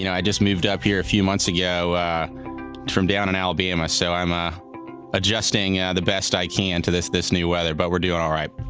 you know i just moved up here a few months ago from down in alabama, so i'm ah adjusting yeah the best i can to this this new weather. but we're doing alright.